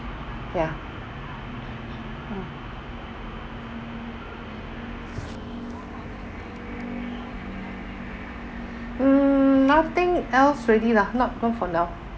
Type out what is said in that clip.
ya mm mm nothing else already lah not not for now